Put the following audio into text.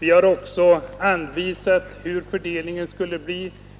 Vi har också anvisat hur fördelningen skulle bli.